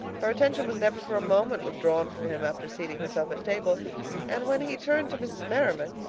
her attention was never for a moment withdrawn from him after seating herself at table and when he turned to mrs. merriman,